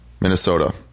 minnesota